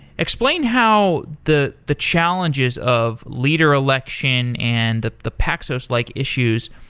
explain how the the challenges of leader election and the the paxos-like issues,